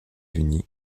unis